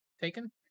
taken